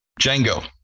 Django